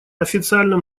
официальном